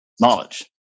knowledge